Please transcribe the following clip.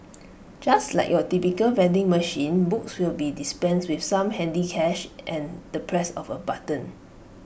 just like your typical vending machine books will be dispensed with some handy cash and the press of A button